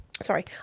Sorry